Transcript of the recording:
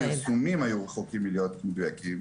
אני חושב שהפרסומים היו רחוקים מלהיות מדויקים.